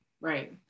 right